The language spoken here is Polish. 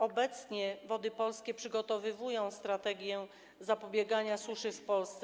Obecnie Wody Polskie przygotowują strategię zapobiegania suszy w Polsce.